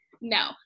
No